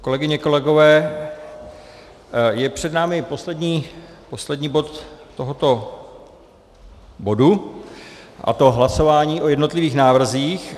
Kolegyně, kolegové, je před námi poslední bod tohoto bodu, a to hlasování o jednotlivých návrzích.